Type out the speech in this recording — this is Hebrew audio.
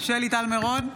טל מירון,